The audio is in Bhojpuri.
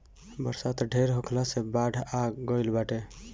बरसात ढेर होखला से बाढ़ आ गइल बाटे